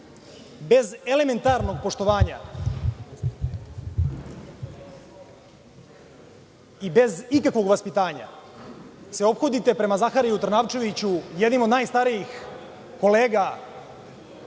elementarnog poštovanja i bez ikakvog vaspitanja se ophodite prema Zahariju Trnavčeviću, jednom od najstarijih kolega